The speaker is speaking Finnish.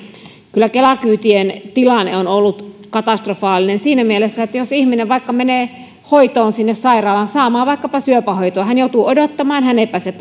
kyllä kela kyytien tilanne on ollut katastrofaalinen siinä mielessä että jos ihminen menee hoitoon sinne sairaalaan saamaan vaikkapa syöpähoitoa niin hän joutuu odottamaan hän ei pääse